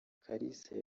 kalisa